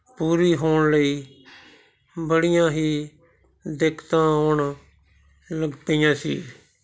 ਪੂਰੀ ਹੋਣ ਲਈ ਬੜੀਆਂ ਹੀ ਦਿੱਕਤਾਂ ਆਉਣ ਲੱਗ ਪਈਆਂ ਸੀ